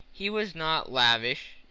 he was not lavish,